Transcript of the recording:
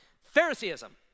Phariseeism